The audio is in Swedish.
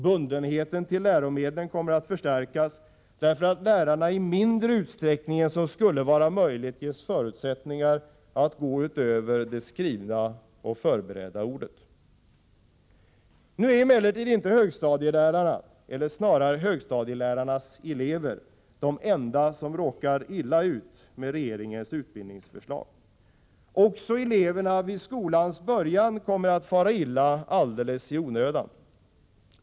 Bundenheten till läromedlen kommer att förstärkas därför att lärarna i mindre utsträckning än som skulle vara möjligt ges förutsättningar att gå utöver det skrivna och förberedda ordet. Nu är emellertid inte högstadielärarna — eller snarare högstadielärarnas elever — de enda som råkar illa ut med regeringens utbildningsförslag. Också eleverna vid skolans början kommer att fara illa alldeles i onödan.